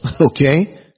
Okay